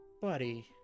buddy